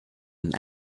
and